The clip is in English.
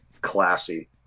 classy